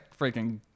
freaking